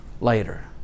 later